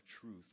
truth